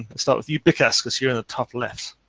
start with you bikas cause you are on the top left.